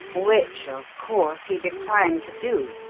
which, of course, he declined to do?